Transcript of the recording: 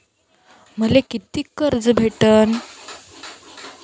मले कितीक कर्ज भेटन?